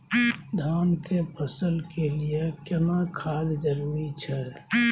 धान के फसल के लिये केना खाद जरूरी छै?